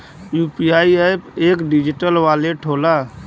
UPI app एक digital wallet होला